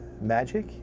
magic